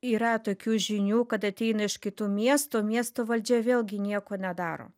yra tokių žinių kad ateina iš kitų miestų o miesto valdžia vėlgi nieko nedaro